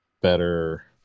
better